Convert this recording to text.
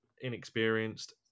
inexperienced